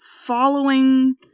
following